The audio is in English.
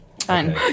Fine